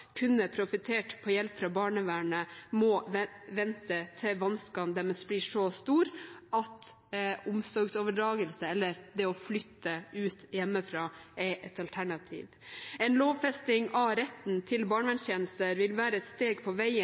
kunne profittert på hjelp fra barnevernet, må vente til vanskene deres blir så store at omsorgsoverdragelse, eller det å flytte ut hjemmefra, er et alternativ. En lovfesting av retten til barnevernstjenester vil være et steg på veien